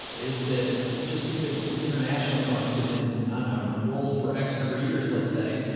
is that just because international funds have been on a roll for x number of years, let's say,